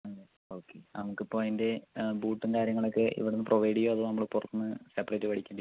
ഉം ഓക്കെ നമുക്കിപ്പോൾ അതിൻ്റെ ബൂട്ടും കാര്യങ്ങളൊക്കെ ഇവിടെ നിന്ന് പ്രൊവൈഡ് ചെയ്യുമോ അതോ നമ്മൾ പുറത്തു നിന്ന് സെപ്പറേറ്റ് മേടിക്കേണ്ടി വരുമോ